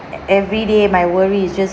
e~ every day my worry is just